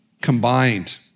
combined